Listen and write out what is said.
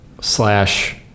slash